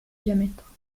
diamètre